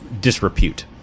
disrepute